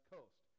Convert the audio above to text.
Coast